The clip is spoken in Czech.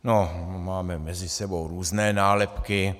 No, máme mezi sebou různé nálepky.